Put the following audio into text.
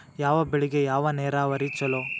ಯಾವ ಬೆಳಿಗೆ ಯಾವ ನೇರಾವರಿ ಛಲೋ?